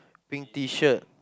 pink Tshirt